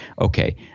Okay